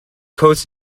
coats